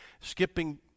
skipping